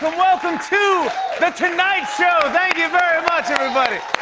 welcome to the tonight show! thank you very much, everybody.